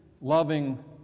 loving